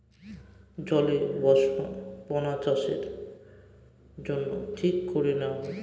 জলে বস্থাপনাচাষের জন্য ঠিক করে নেওয়া হয়